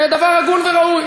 דבר הגון וראוי.